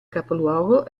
capoluogo